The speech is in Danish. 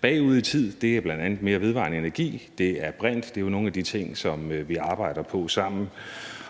bagud i tid, bl.a. mere vedvarende energi, og det er brint. Det er jo nogle af de ting, som vi arbejder på sammen.